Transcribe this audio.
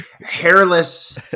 hairless